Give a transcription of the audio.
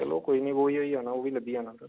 चलो कोई निं वो होई जाना उब्भी लब्भी जाना सर